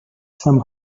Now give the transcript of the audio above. some